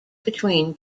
between